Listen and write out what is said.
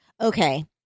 Okay